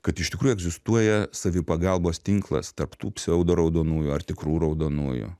kad iš tikrųjų egzistuoja savipagalbos tinklas tarp tų pseudo raudonųjų ar tikrų raudonųjų